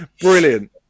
brilliant